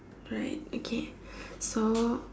right okay so